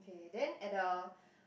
K then at the